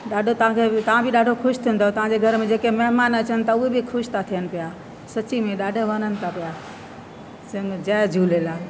ॾाढो तव्हां खे तव्हां बि ॾाढो ख़ुशि थींदो तव्हां जे घर में जेके महिमान अचनि था उहे बि ख़ुशि था थियनि पिया सच्ची में ॾाढा वणनि था पिया चङो जय झूलेलाल